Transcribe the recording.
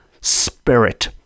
spirit